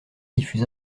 diffuse